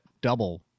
double